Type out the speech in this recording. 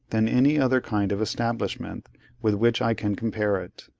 than any other kind of establishment with which i can compare it.